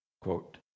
Quote